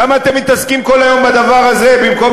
למה אתם מתעסקים כל היום בדבר הזה במקום